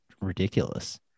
ridiculous